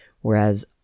whereas